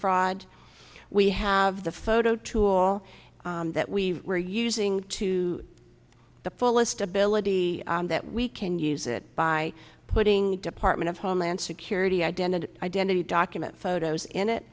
fraud we have the photo tool that we were using to the fullest ability that we can use it by putting department of homeland security identity identity documents photos in it